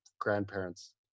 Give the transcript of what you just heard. grandparents